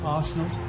Arsenal